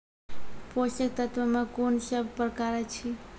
पोसक तत्व मे कून सब प्रकार अछि?